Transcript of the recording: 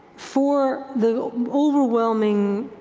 for the overwhelming